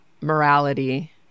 morality